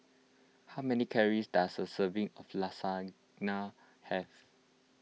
how many calories does a serving of Lasagna have